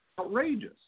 outrageous